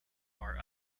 are